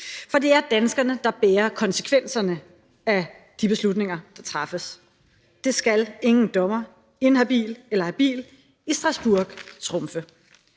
For det er danskerne, der bærer konsekvenserne af de beslutninger, der træffes. Det skal ingen dommer, inhabil eller habil, i Strasbourg trumfe.